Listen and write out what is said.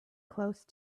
close